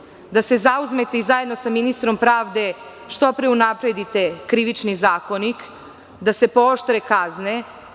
Očekujem od vas da se zauzmete i zajedno sa ministrom pravde što pre unapredite Krivični zakonik, da se pooštre kazne.